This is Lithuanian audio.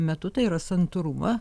metu tai yra santūrumą